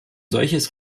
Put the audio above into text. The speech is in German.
solches